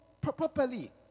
properly